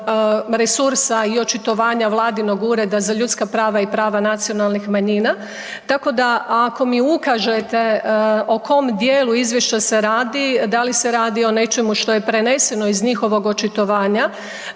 resursa i očitovanja vladinog Ureda za ljudska prava i prava nacionalnih manjina, tako da ako mi ukažete o kom dijelu izvješća se radi, da li se radi o nečemu što je preneseno iz njihovog očitovanja